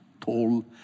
tall